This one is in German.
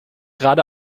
gerade